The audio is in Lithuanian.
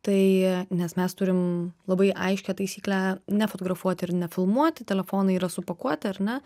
tai nes mes turim labai aiškią taisyklę nefotografuoti ir nefilmuoti telefonai yra supakuoti ar ne